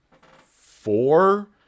four